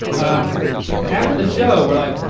um after the show, we're like,